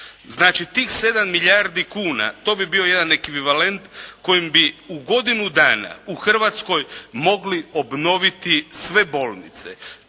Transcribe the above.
Znači tih 7 milijardi kuna to bi bio jedan ekvivalent kojim bi u godinu dana u Hrvatskoj mogli obnoviti sve bolnice